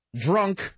drunk